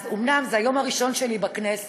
אז, אומנם זה היום הראשון שלי בכנסת,